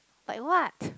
like what